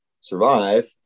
survive